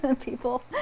people